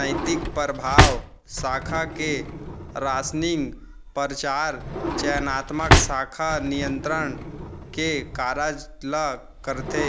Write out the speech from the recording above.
नैतिक परभाव, साख के रासनिंग, परचार, चयनात्मक साख नियंत्रन के कारज ल करथे